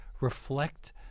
reflect